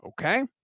Okay